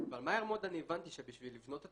אבל מהר מאוד הבנתי שבשביל לבנות את